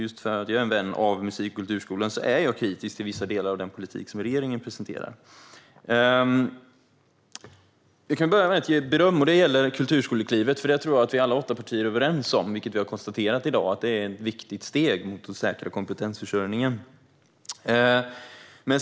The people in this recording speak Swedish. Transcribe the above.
Just för att jag är en vän av musik och kulturskolan är jag kritisk till vissa delar av den politik som regeringen presenterar. Jag kan börja med att ge beröm vad gäller Kulturskoleklivet. Alla åtta partier är överens om - och har också konstaterat i dag - att det är ett viktigt steg mot att säkra kompetensförsörjningen.